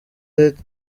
let